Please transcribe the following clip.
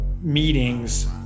meetings